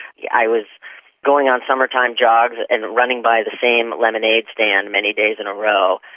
yeah i was going on summertime jogs and running by the same lemonade stand many days in a row,